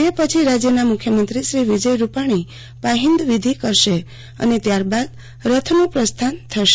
તેમ પછી રાજ્યના મુખ્યમંત્રી શ્રી વિજય રૂપાણી પાહીન્દ વિધી કરશે અને ત્યારબાદ રથનું પ્રસ્થાપન થશે